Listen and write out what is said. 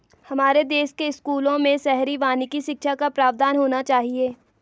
हमारे देश के स्कूलों में शहरी वानिकी शिक्षा का प्रावधान होना चाहिए